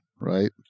Right